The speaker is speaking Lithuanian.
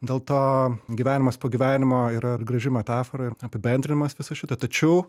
dėl to gyvenimas po gyvenimo yra ir graži metafora ir apibendrinimas viso šito tačiau